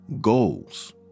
goals